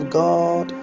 god